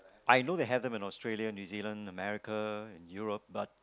I know they have them in Australia New Zealand America Europe but